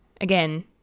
again